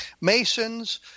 Masons